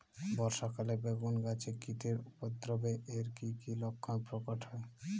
বর্ষা কালে বেগুন গাছে কীটের উপদ্রবে এর কী কী লক্ষণ প্রকট হয়?